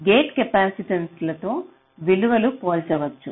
gate capacitance లతో విలువలు పోల్చవచ్చు